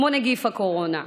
כמו נגיף הקורונה,